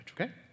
okay